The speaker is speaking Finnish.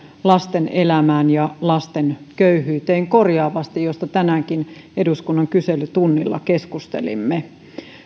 lasten elämään ja lasten köyhyyteen korjaavasti mistä tänäänkin eduskunnan kyselytunnilla keskustelimme